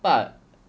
but